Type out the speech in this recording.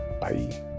Bye